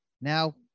now